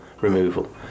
removal